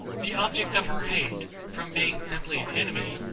the object of her hate, from being simply an enemy,